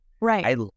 Right